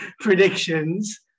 predictions